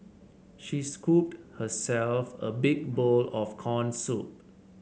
she scooped herself a big bowl of corn soup